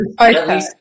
Okay